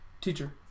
teacher